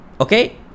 Okay